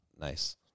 nice